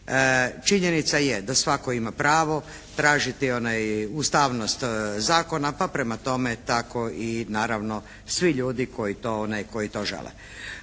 činjenica je da svatko ima pravo tražiti ustavnost zakona pa prema tome tako i naravno svi ljudi koji to žele.